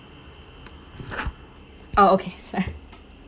oh okay sorry